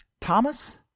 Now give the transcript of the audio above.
Thomas